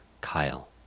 Kyle